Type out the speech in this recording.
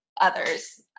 others